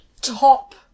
top